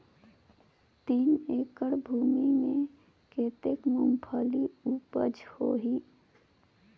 तीन एकड़ भूमि मे कतेक मुंगफली उपज होही?